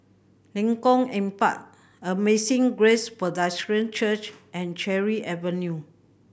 Lengkong Empat Amazing Grace Presbyterian Church and Cherry Avenue